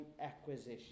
acquisition